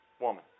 woman